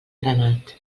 granat